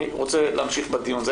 אני רוצה להמשיך בדיון.